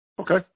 Okay